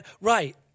right